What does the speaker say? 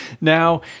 Now